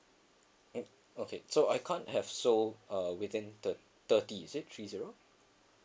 mm okay so I can't have sold uh within thir~ thirty is it three zero